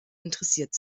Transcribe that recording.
interessiert